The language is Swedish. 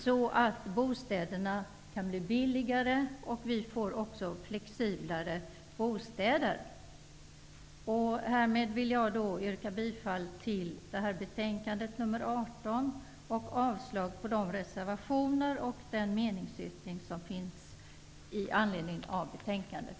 Därmed kan bostäderna bli billigare och således också flexiblare. Härmed yrkar jag bifall till hemställan i bostadsutskottets betänkande nr 18 samt avslag på de reservationer och den meningsyttring som finns fogade till betänkandet.